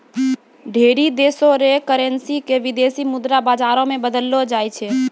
ढेरी देशो र करेन्सी क विदेशी मुद्रा बाजारो मे बदललो जाय छै